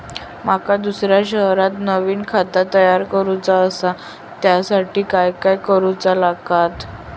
माका दुसऱ्या शहरात नवीन खाता तयार करूचा असा त्याच्यासाठी काय काय करू चा लागात?